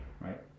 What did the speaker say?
right